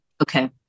okay